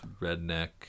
Redneck